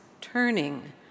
turning